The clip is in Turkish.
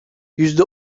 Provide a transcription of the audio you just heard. yüzde